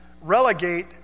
relegate